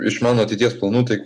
iš mano ateities planų tai